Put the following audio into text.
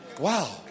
Wow